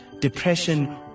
depression